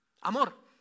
Amor